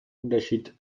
unterschied